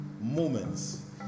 Moments